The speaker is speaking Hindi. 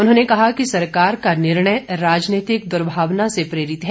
उन्होंने कहा कि सरकार का निर्णय राजनीतिक दुर्भावना से प्रेरित है